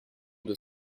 deux